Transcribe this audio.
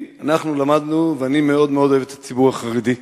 אנחנו למדנו: אני מאוד מאוד אוהב את הציבור החרדי,